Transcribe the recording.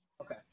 Okay